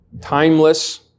timeless